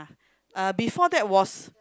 uh before that was